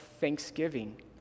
thanksgiving